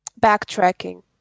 backtracking